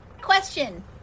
Question